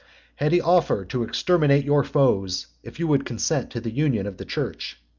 had he offered to exterminate your foes if you would consent to the union of the church,